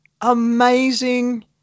amazing